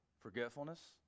Forgetfulness